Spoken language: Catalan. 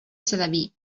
sedaví